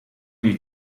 die